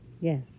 Yes